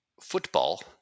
football